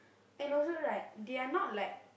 and also right they're not like